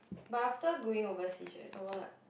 but after going overseas right some more like